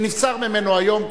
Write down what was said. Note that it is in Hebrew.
שנבצר ממנו היום,